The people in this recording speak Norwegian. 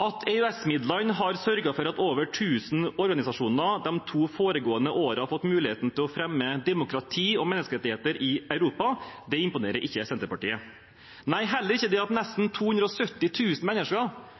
At EØS-midlene har sørget for at over tusen organisasjoner de to foregående årene har fått muligheten til å fremme demokrati og menneskerettigheter i Europa, imponerer ikke Senterpartiet. Nei – og heller ikke det at